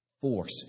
force